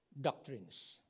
doctrines